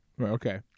Okay